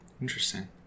Interesting